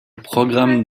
programme